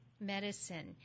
medicine